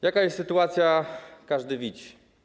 Jaka jest sytuacja, każdy widzi.